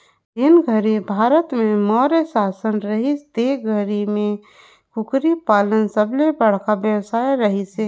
जेन घरी भारत में मौर्य सासन रहिस ते घरी में कुकरी पालन सबले बड़खा बेवसाय रहिस हे